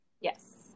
Yes